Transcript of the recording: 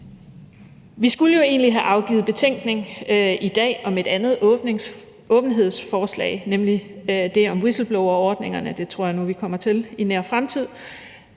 Vi skulle jo egentlig have afgivet betænkning i dag om et andet åbenhedsforslag, nemlig det om whistleblowerordningerne, og det tror jeg nu vi kommer til i nær fremtid.